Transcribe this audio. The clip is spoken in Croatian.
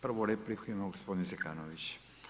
Prvu repliku ima gospodin Zekanović.